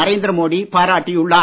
நரேந்திரமோடி பாராட்டியுள்ளார்